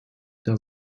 der